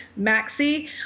maxi